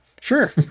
sure